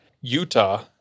Utah